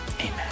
Amen